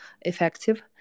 effective